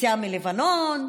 היציאה מלבנון,